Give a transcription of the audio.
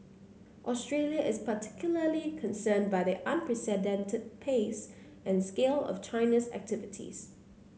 Australia is particularly concerned by the unprecedented pace and scale of China's activities